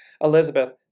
Elizabeth